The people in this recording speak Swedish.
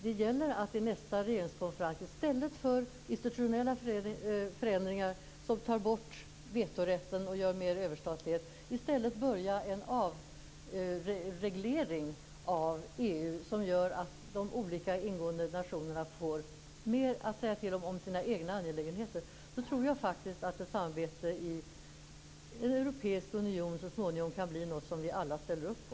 Det gäller att vid nästa regeringskonferens börja med, i stället för institutionella förändringar som tar bort vetorätten och gör det mer överstatligt, en avreglering av EU som gör att de olika ingående nationerna får mer att säga till om i sina egna angelägenheter. Då tror jag att ett samarbete i en europeisk union så småningom kan bli något som vi alla ställer upp på.